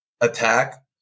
attack